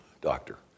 doctor